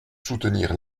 soutenir